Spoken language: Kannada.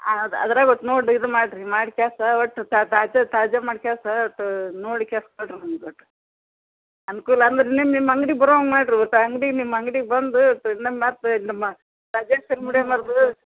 ಹೌದಾ ಅದ್ರಾಗ ಒಟ್ ನೋಡಿ ಇದು ಮಾಡಿರಿ ಮಾಡಿಕಳ್ಸ ಒಟ್ಟ ತಾಜಾ ತಾಜಾ ಮಾಡಿಕಳ್ಸ ನೋಡಿಕಳ್ಸ ಕೊಡಿರಿ ವಂದೋಟ್ ಅನ್ಕುಲ ಅಂದ್ರೆ ನಿಮ್ಮ ನಿಮ್ಮ ಅಂಗಡಿಗೆ ಬರೋಂಗೆ ಮಾಡಿರಿ ಮತ್ತು ಅಂಗಡಿ ನಿಮ್ಮ ಅಂಗ್ಡಿಗೆ ಬಂದು ಇನ್ನೊಮ್ಮೆ ಮತ್ತು ಇನ್ನೊಮ್ಮೆ ರಾಜೇಶ್ವರಿ ಮುಡ್ಯಮ್ಮರ್ದು